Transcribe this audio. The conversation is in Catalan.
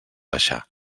baixar